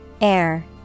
Air